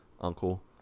uncle